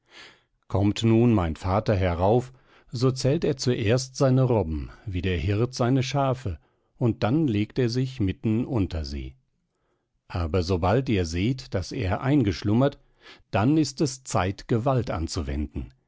kommt nun mein vater herauf so zählt er zuerst seine robben wie der hirt seine schafe und dann legt er sich mitten unter sie aber sobald ihr seht daß er eingeschlummert dann ist es zeit gewalt anzuwenden